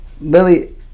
Lily